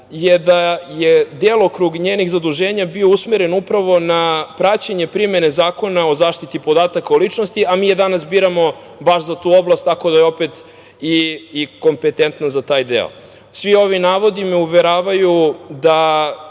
jeste da je delokrug njenih zaduženja bio usmeren upravo na praćenje primene Zakona o zaštiti podataka o ličnosti a mi je danas biramo baš za tu oblast, tako da je opet i kompetentna i za taj deo. Svi ovi navodi me uveravaju da,